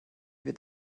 wird